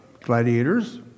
Gladiators